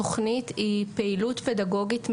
"תוכנית היא פעילות פדגוגית מתמשכת",